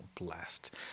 blast